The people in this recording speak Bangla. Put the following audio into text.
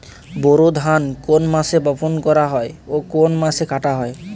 বোরো ধান কোন মাসে বপন করা হয় ও কোন মাসে কাটা হয়?